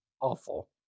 awful